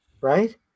right